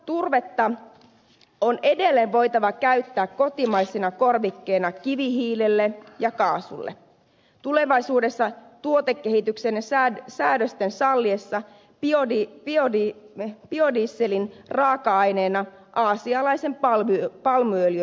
turvetta on edelleen voitava käyttää kotimaisena korvikkeena kivihiilelle ja kaasulle sekä tulevaisuudessa tuotekehityksen ja säädösten salliessa biodieselin raaka aineena aasialaisen palmuöljyn sijaan